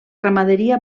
ramaderia